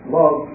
love